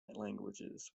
languages